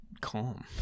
calm